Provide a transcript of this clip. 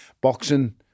boxing